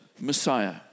Messiah